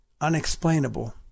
unexplainable